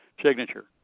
signature